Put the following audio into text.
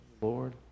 Lord